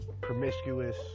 promiscuous